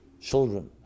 children